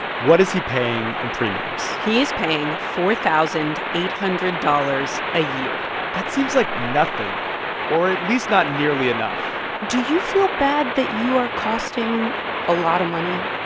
what is he paying in premiums? he is paying four thousand eight hundred dollars a year that seems like nothing or at least not nearly enough do you feel bad that you are costing a lot of money?